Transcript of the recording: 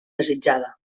desitjada